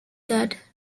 that